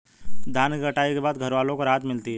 धान की कटाई के बाद घरवालों को राहत मिलती है